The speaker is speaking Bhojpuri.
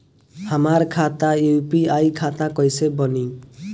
हमार खाता यू.पी.आई खाता कइसे बनी?